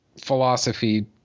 philosophy